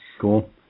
Cool